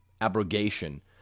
abrogation